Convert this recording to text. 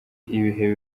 ibihe